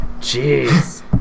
Jeez